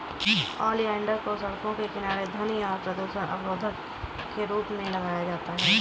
oleander को सड़कों के किनारे ध्वनि और प्रदूषण अवरोधक के रूप में लगाया जाता है